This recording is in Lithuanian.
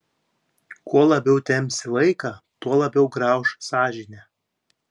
kuo labiau tempsi laiką tuo labiau grauš sąžinė